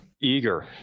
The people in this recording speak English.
eager